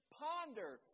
ponder